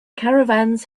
caravans